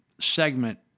segment